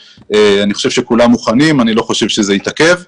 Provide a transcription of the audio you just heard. אני חושב שכולם מוכנים ואני לא חושב שזה יתעכב.